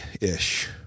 ish